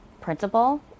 principal